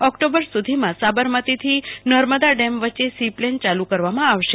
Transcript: October સુધીમાં સાબરમતીથી Narmada dam વચ્ચે સી પ્લેન યાલુ કરવામાં આવશે